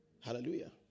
Hallelujah